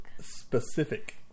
Specific